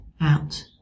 out